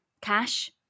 cash